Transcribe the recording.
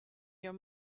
your